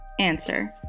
Answer